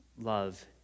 love